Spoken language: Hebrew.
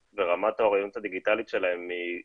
ורמת האוריינות הדיגיטלית שלהם היא גבוהה,